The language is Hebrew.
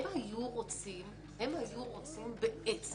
הם היו רוצים בעצם